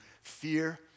fear